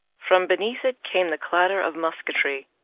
from beneath it came the clatter of musketry.